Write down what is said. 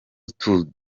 kutagira